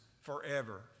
forever